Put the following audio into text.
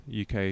uk